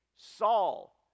Saul